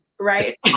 Right